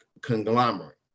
conglomerate